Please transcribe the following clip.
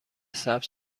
سبز